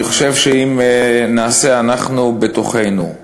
אני חושב שאם נעשה אנחנו בתוכנו,